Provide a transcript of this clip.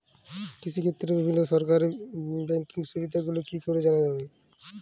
কৃষিক্ষেত্রে বিভিন্ন সরকারি ব্যকিং সুবিধাগুলি কি করে জানা যাবে?